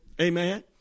Amen